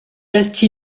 reste